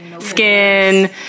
skin